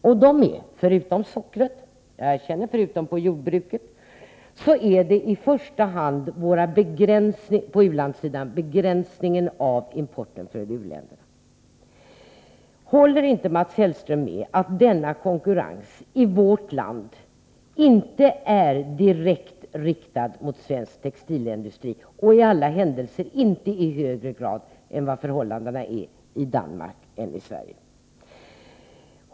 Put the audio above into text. Det gäller förutom våra begränsningar på jordbrukssidan — dit sockret hör — våra begränsningar på u-landssidan. Håller inte Mats Hellström med om att denna konkurrens i vårt land inte är direkt riktad mot svensk textilindustri, och i alla händelser inte i högre grad än vad motsvarande förhållanden är i Danmark?